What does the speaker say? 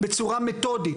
בצורה מתודית.